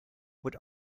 would